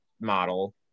model